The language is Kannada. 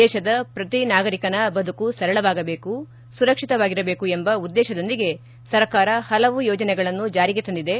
ದೇಶದ ಪ್ರತಿ ನಾಗರಿಕನ ಬದುಕು ಸರಳವಾಗಬೇಕು ಸುರಕ್ಷಿತವಾಗಿರಬೇಕು ಎಂಬ ಉದ್ದೇಶದೊಂದಿಗೆ ಸರ್ಕಾರ ಹಲವಾರು ಯೋಜನೆಗಳನ್ನು ಜಾರಿಗೆ ತಂದಿದೆ